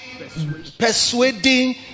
persuading